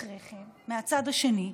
אחרי כן, מהצד השני,